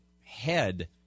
head